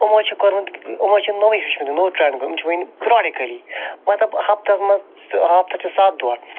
یِمو چھُ کوٚرمُت یِمو چھُ نوٚوے ہیٚوچھمُت نوٚو ٹریٚنڈ گوٚمُت یِم چھِ ونہ فراڈِکلی مَطلَب ہَفتَس مَنٛز ہَفتَس چھِ ستھ دۄہ